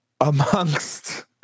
amongst